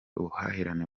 ubuhahirane